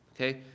Okay